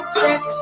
sex